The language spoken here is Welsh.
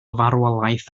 farwolaeth